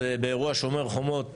באירוע "שומר חומות"